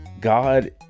God